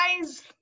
guys